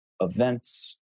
events